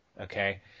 Okay